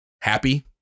happy